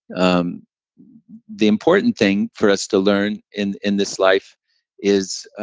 um the important thing for us to learn in in this life is